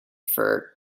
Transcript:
for